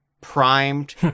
primed